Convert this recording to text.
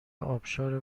ابشار